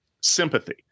sympathy